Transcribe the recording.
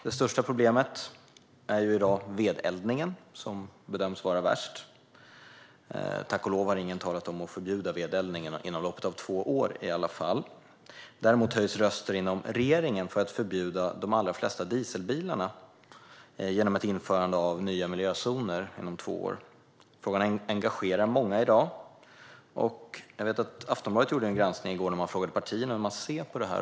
Det största problemet i dag är vedeldning. Det bedöms vara värst, men tack och lov har ingen talat om att förbjuda vedeldningen, i alla fall inte inom loppet av två år. Däremot höjs röster inom regeringen om att förbjuda de allra flesta dieselbilar genom ett införande av nya miljözoner inom två år. Frågan engagerar många i dag. Aftonbladet gjorde en undersökning i går och frågade partierna hur de ser på detta.